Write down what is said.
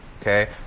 Okay